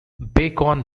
bacon